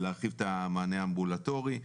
להרחיב את המענה האמבולטורי,